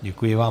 Děkuji vám.